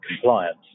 compliance